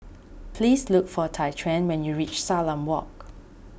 please look for Tyquan when you reach Salam Walk